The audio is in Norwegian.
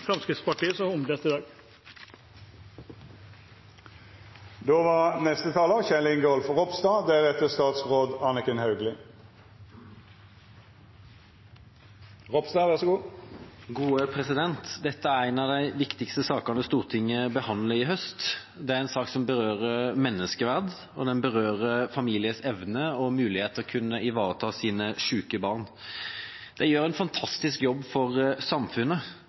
Fremskrittspartiet, som er omdelt i dag. Dette er en av de viktigste sakene Stortinget behandler i høst. Det er en sak som berører menneskeverd, og den berører familiers evne og mulighet til å kunne ivareta sine syke barn. De gjør en fantastisk jobb for samfunnet